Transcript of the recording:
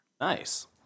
Nice